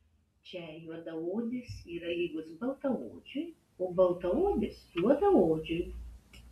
čia juodaodis yra lygus baltaodžiui o baltaodis juodaodžiui